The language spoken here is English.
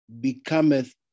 becometh